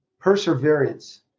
perseverance